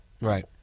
Right